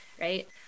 right